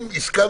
אם צריך,